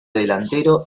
delantero